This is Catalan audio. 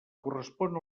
correspon